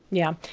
yeah.